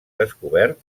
descobert